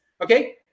Okay